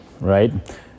right